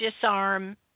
disarm